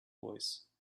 voice